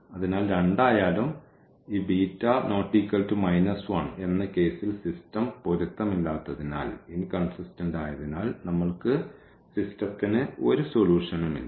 അതിനാൽ രണ്ടായാലും ഈ β ≠ 1 എന്ന കേസിൽ സിസ്റ്റം പൊരുത്തമില്ലാത്തതിനാൽ നമ്മൾക്ക് സിസ്റ്റത്തിന് ഒരു സൊല്യൂഷൻവുമില്ല